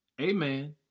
amen